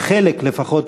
לחלק לפחות,